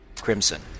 crimson